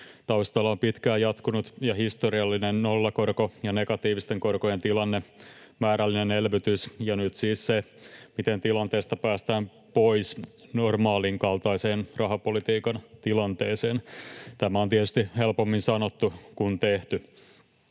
Taustalla on pitkään jatkunut ja historiallinen nollakorko- ja negatiivisten korkojen tilanne, määrällinen elvytys ja nyt siis se, miten tilanteesta päästään pois normaalin kaltaiseen rahapolitiikan tilanteeseen. Tämä on tietysti helpommin sanottu kuin tehty.